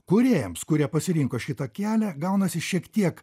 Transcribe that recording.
kūrėjams kurie pasirinko šitą kelią gaunasi šiek tiek